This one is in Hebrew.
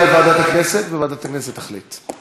אפשר להצביע על ועדת הכנסת וועדת הכנסת תחליט.